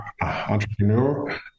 entrepreneur